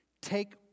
take